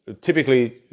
Typically